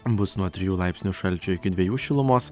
bus nuo trijų laipsnių šalčio iki dvejų šilumos